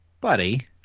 buddy